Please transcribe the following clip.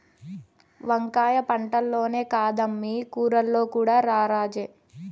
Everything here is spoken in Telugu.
వంకాయ పంటల్లోనే కాదమ్మీ కూరల్లో కూడా రారాజే